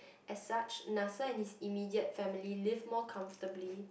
as such Nasser and his immediate family lived more comfortably